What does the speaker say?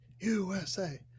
USA